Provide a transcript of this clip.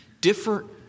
different